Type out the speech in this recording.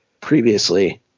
previously